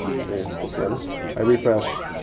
see, this one i refresh.